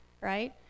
right